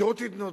שירות התנדבותי,